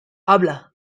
habla